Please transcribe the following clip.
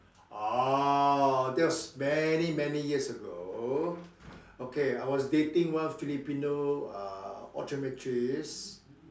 ah that's many many years ago okay I was dating one Filipino uh optometrist